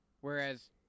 Whereas